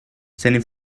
seine